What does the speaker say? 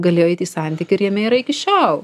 galėjo eit į santykį ir jame yra iki šiol